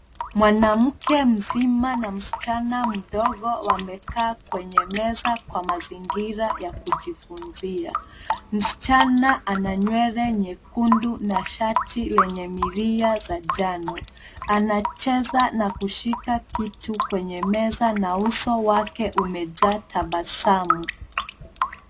Mwanamke mzima na msichana mdogo wamekaa kwenye meza kwa mazingira ya kujifunzia. Msichana ana nywele nyekundu na shati lenye milia za njano. Anacheza na kushika kitu kwenye meza na uso wake umejaa tabasamu.